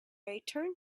returned